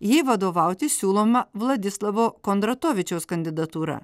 jai vadovauti siūloma vladislavo kondratovičiaus kandidatūra